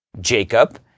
Jacob